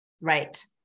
Right